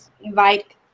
invite